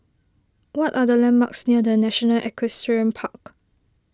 what are the landmarks near the National Equestrian Park